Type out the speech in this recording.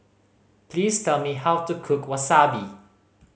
please tell me how to cook Wasabi